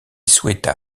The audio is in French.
souhaita